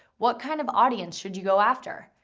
what kind of audience should you go after?